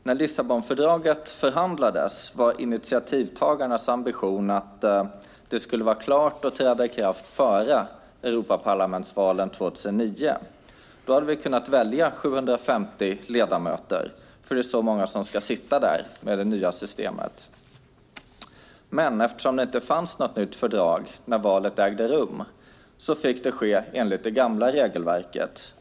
När Lissabonfördraget förhandlades var initiativtagarnas ambition att det skulle vara klart och träda i kraft före Europaparlamentsvalet 2009. Då hade vi kunnat välja 750 ledamöter, för det är så många som ska sitta där med det nya systemet. Men eftersom det inte fanns något nytt fördrag när valet ägde rum fick det ske enligt det gamla regelverket.